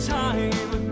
time